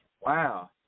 Wow